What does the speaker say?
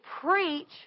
preach